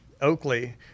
Oakley